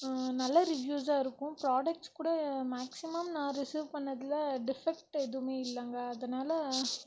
நல்ல ரிவ்யூஸ்ஸாக இருக்கும் ஃப்ராடக்ட்ஸ் கூட மேக்சிமம் நான் ரிசிவ் பண்ணதில் டிஃபெக்ட் எதுவுமே இல்லைங்க அதனால